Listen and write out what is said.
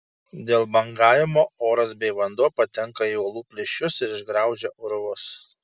dėl bangavimo oras bei vanduo patenka į uolų plyšius ir išgraužia urvus